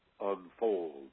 unfold